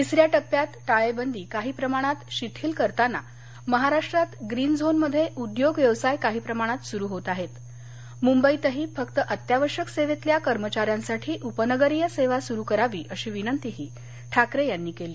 तिसऱ्या टप्प्यात टाळेबंदी काही प्रमाणात शिथिल करतांना महाराष्ट्रात ग्रीन झोनमध्ये उद्योग व्यवसाय काही प्रमाणात सुरु होत आहेत मुंबईतही फक्त अत्यावश्यक सेवेतल्या कर्मचाऱ्यांसाठी उपनगरीय सेवा सुरु करावी अशी विनंतीही ठाकरे यांनी केली